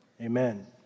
amen